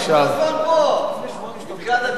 הגיע לדיון.